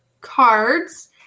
cards